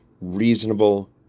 reasonable